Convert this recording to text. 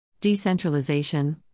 Decentralization